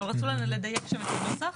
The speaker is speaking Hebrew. אבל רצו לדייק שם את הנוסח.